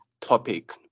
topic